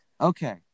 okay